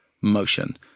motion